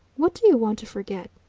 what do you want to forget?